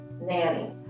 Nanny